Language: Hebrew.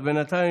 אז בינתיים,